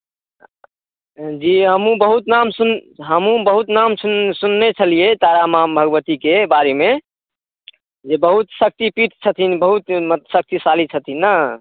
जी हमहूँ बहुत नाम सुन हमहूँ बहुत नाम सुन सुनने छलियै तारामाँ भगवतीके बारेमे जे बहुत शक्तिपीठ छथिन बहुत म शक्तिशाली छथिन ने